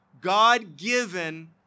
God-given